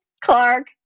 Clark